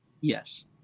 yes